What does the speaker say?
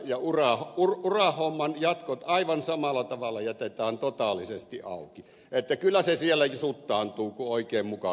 ja urahomman jatkot aivan samalla tavalla jätetään totaalisesti auki että kyllä se siellä suttaantuu kun oikein mukavia ollaan